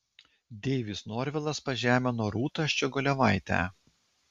deivis norvilas pažemino rūtą ščiogolevaitę